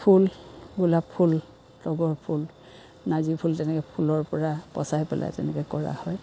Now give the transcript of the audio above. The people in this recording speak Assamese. ফুল গোলাপ ফুল তগৰ ফুল নাৰ্জী ফুল তেনেকৈ ফুলৰ পৰা পচাই পেলাই তেনেকৈ কৰা হয়